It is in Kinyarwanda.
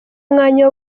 umwanya